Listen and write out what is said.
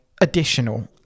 additional